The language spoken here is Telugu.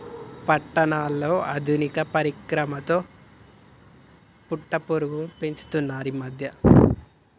పట్నాలలో ఆధునిక పరికరాలతో పట్టుపురుగు పెంచుతున్నారు ఈ మధ్య